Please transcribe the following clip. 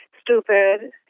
stupid